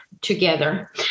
together